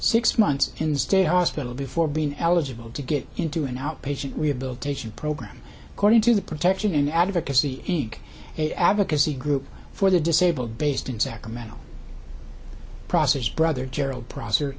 six months instead hospital before being eligible to get into an outpatient rehabilitation program according to the protection an advocacy inc and advocacy group for the disabled based in sacramento process brother gerald prosser